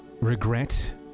regret